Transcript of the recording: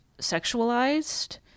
sexualized